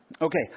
Okay